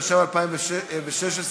התשע"ו 2016,